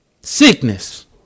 Sickness